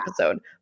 episode